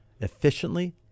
efficiently